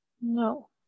No